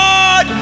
God